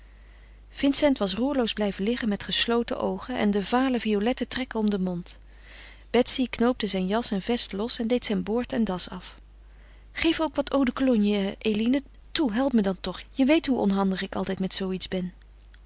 vincent was roerloos blijven liggen met gesloten oogen en de vale violette trekken om den mond betsy knoopte zijn jas en vest los en deed zijn boord en das af geef ook wat eau de cologne eline toe help me dan toch je weet hoe onhandig ik altijd met zooiets ben